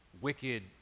wicked